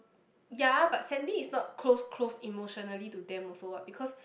ya but Sandy is not close close emotionally to them also what because